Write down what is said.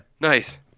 Nice